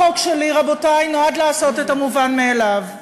החוק שלי, רבותי, נועד לעשות את המובן מאליו: